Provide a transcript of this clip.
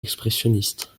expressionniste